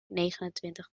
negenentwintig